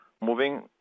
Moving